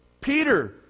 Peter